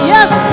Yes